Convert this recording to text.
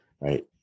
Right